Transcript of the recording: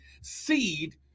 seed